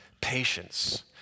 patience